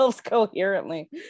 coherently